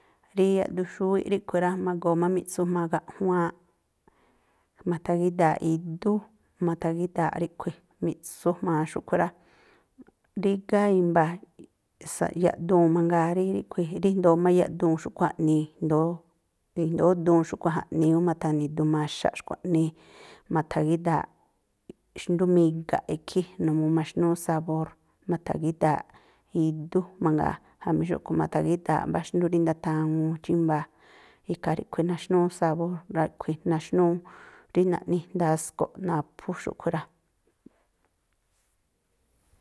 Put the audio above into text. Rí yaꞌduxúwíꞌ ríꞌkhui̱ rá, ma̱goo má mi̱ꞌtsu jma̱a gaꞌjuaanꞌ, ma̱tha̱gída̱aꞌ idú, ma̱tha̱gída̱aꞌ ríꞌkhui̱, mi̱ꞌtsu jma̱a xúꞌkhui̱ rá. Rígá i̱mba̱, yaꞌduun mangaa rí ríꞌkhui̱ rí i̱ndóó má yaꞌduun xúꞌkhui̱ jaꞌnii, i̱ndóó i̱ndóó duun xúꞌkhui̱ jaꞌnii ú ma̱tha̱ni duun maxaꞌ xkua̱ꞌnii. Ma̱tha̱gída̱aꞌ xndú miga̱ꞌ ikhí numuu maxnúú sabór. Ma̱tha̱gída̱aꞌ idú mangaa, jamí xúꞌkhui̱ ma̱tha̱gída̱aꞌ mbá xndú rí ndathaŋuu chímba̱a̱. Ikhaa ríꞌkhui̱ rí naxnúú sabór, a̱ꞌkhui̱ naxnúú rí naꞌni ndasko̱ꞌ naphú xúꞌkhui̱ rá.